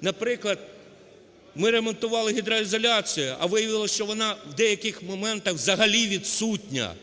Наприклад, ми ремонтували гідроізоляцію, а виявилось, що вона в деяких моментах взагалі відсутня